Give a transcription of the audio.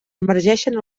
emergeixen